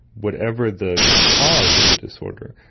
whatever the cause of the disorder,